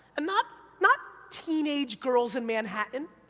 and not not teenage girls in manhattan,